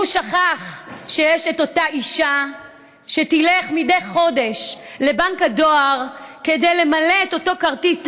הוא שכח את אותה אישה שתלך מדי חודש לבנק הדואר כדי למלא את אותו כרטיס,